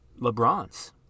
LeBrons